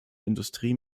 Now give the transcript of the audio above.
industrie